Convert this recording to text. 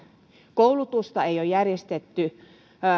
koulutusta ei ole järjestetty